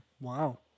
wow